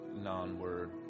non-word